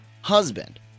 husband